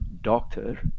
doctor